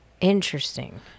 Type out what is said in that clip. Interesting